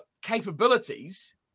capabilities